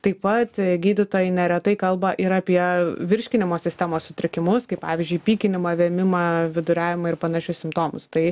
taip pat gydytojai neretai kalba ir apie virškinimo sistemos sutrikimus kaip pavyzdžiui pykinimą vėmimą viduriavimą ir panašius simptomus tai